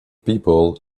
people